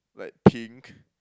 like pink